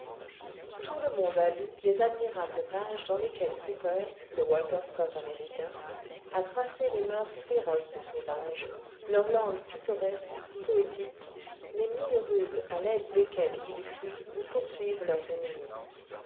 tout le monde a lu les admirables pages dans lesquelles cooper le walter scott américain a tracé les moeurs féroces des sauvages leur langue pittoresque poétique les mille ruses à l'aide desquelles ils fuient ou poursuivent leurs ennemis